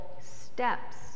steps